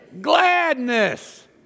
Gladness